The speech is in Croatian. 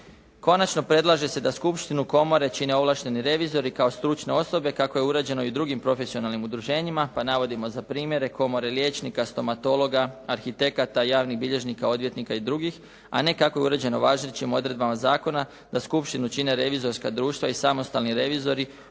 Konačno predlaže se da skupštinu komore čine ovlašteni revizori kao stručne osobe, kako je uređeno i drugim profesionalnim udruženjima, pa navodimo za primjere Komore liječnika, stomatologa, arhitekata, javnih bilježnika, odvjetnika i drugih, a ne kako je uređeno odredbama zakona da skupštinu čine revizorska društva i samostalni revizori,